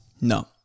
No